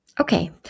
Okay